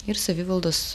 ir savivaldos